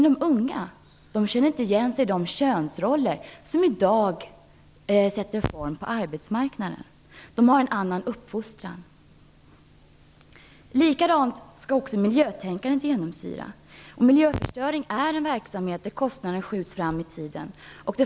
De unga känner inte igen sig i de könsroller som i dag finns på arbetsmarknaden. De stämmer inte med deras uppfostran. Likaså måste också miljötänkandet genomsyra politik och ekonomi. Miljöförstöring är en verksamhet där kostnaderna slås ut framåt i tiden.